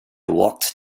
walked